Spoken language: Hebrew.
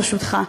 ברשותך,